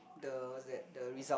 the that the result